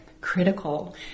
critical